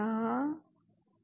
तो यह किस प्रकार गणना करता है